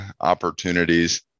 opportunities